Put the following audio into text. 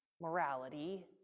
morality